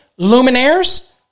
luminaires